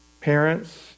Parents